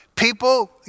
People